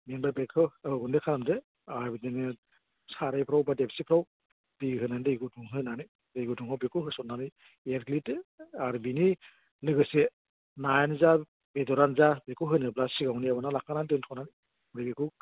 बेनिफ्राय बेखौ औ गुन्दै खालामदो आरो बिदिनो सारायफोराव बा देबसिफोराव दै होना दै गुदुं होनानै दै गुदुङाव बेखौ होसननानै एरग्लिदो आरो बेनि लोगोसे नायानो जा बेदरानो जा बेखौ होनोब्ला सिगाङावनो एवनानै लाखाना दोन्थ'ना ओमफ्राय बेखौ